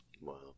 Wow